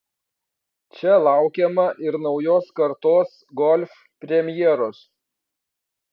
čia laukiama ir naujos kartos golf premjeros